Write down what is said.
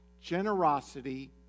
generosity